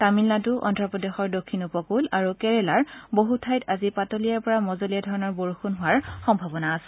তামিলনাডু অন্ধ্ৰপ্ৰদেশৰ দক্ষিণ উপকুলৰ আৰু কেৰেলাৰ বহু ঠাইত আজি পাতলীয়াৰ পৰা মজলীয়া ধৰণৰ বৰষুণ হোৱাৰ সম্ভাৱনা আছে